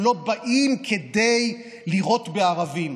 הם לא באים כדי לירות בערבים,